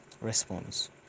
response